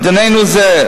בעידננו זה,